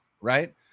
right